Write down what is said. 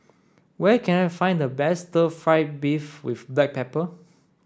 where can I find the best stir fry beef with black pepper